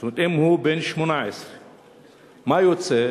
זאת אומרת, אם הוא בן 18. מה יוצא?